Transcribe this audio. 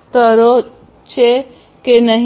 સ્તરો છે કે નહીં